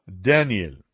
daniel